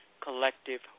collective